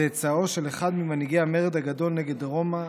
צאצאו של אחד ממנהיגי המרד הגדול נגד רומא,